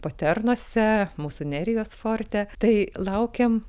poternose mūsų nerijos forte tai laukiam